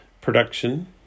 production